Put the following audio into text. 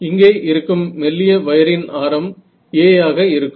இங்கே இருக்கும் மெல்லிய வயரின் ஆரம் a ஆக இருக்கும்